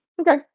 okay